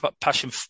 passion